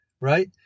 right